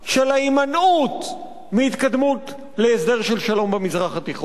ההימנעות מהתקדמות להסדר של שלום במזרח התיכון.